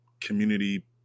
community